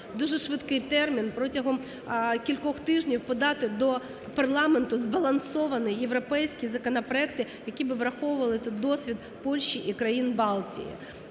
дуже швидкий термін, протягом кількох тижнів подати до парламенту збалансовані європейські законопроекти, які б враховували тут досвід Польщі і країн Балтії.